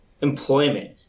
employment